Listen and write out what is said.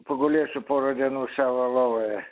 pagulėsiu porą dienų savo lovoje